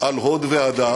על הוד והדר.